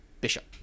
Bishop